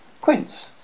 Quince